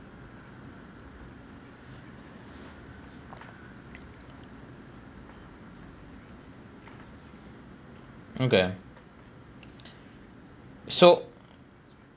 okay so